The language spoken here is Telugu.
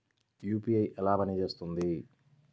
యూ.పీ.ఐ ఎలా పనిచేస్తుంది?